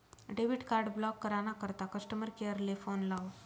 debit card block करा ना करता कस्टमर केअर ले फोन लावो